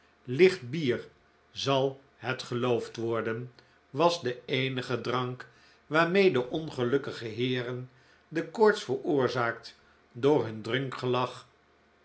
licht bier zal het geloofd worden was de eenige drank waarmee ongelukkige heeren de koorts veroorzaakt door hun